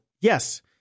yes